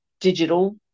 digital